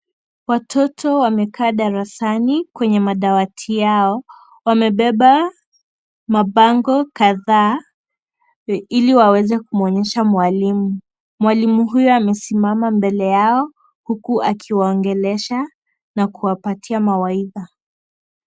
Watoto wamekaa darasani kwenye madawati yao. Wamebeba mapango kadhaa ili waweze kumwonyesha mwalimu. Mwalimu huyo amesimama mbele yao huku akiwaongelesha na kuwapatia mawaidha.